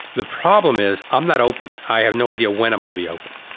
the problem is, i'm not open. i have no idea when i'm gonna be open.